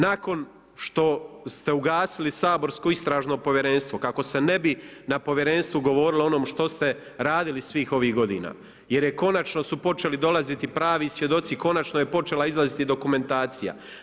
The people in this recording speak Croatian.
Nakon što ste ugasili saborsko Istražno povjerenstvo kako se ne bi na povjerenstvu govorilo o onom što ste radili svih ovih godina, jer konačno su počeli dolaziti pravi svjedoci, konačno je počela izlaziti dokumentacija.